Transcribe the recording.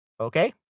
Okay